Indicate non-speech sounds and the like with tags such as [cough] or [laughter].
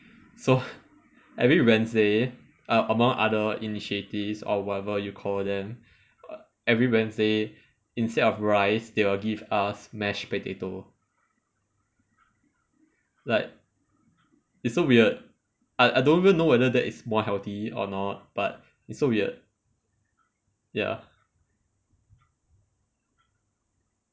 so [breath] every wednesday err among other initiatives or whatever you call them every wednesday instead of rice they would give us mashed potato like it's so weird I I don't even know whether that is more healthy or not but it's so weird ya